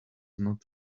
not